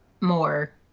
more